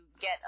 get